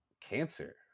cancer